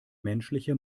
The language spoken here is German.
menschliche